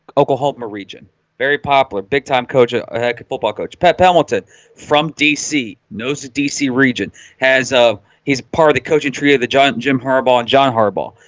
oklahoma region very popular big-time coach a football coach pat pelton from dc knows the dc region has a he's part of the coaching tree of the john and jim harbaugh and john harbaugh.